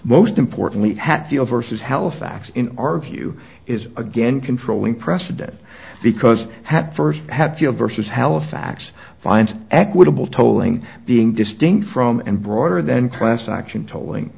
most importantly hatfield versus halifax in our view is again controlling precedent because had first had fuel versus halifax find equitable tolling being distinct from and broader than class action tollin